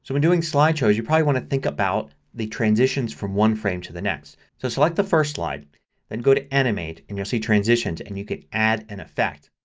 when doing slideshows you probably want to think about the transitions from one frame to the next. so select the first slide and go to animate and you'll see transitions and you can add an effect.